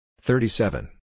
thirty-seven